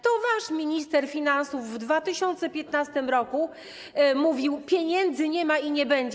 To wasz minister finansów w 2015 r. mówił: Pieniędzy nie ma i nie będzie.